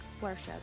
worship